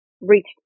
reached